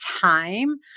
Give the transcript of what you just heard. time